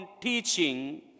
teaching